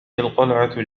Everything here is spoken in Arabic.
القلعة